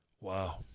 Wow